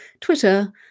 Twitter